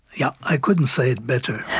yeah, i couldn't say it better.